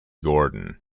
gordon